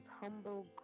humble